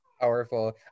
Powerful